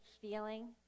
feeling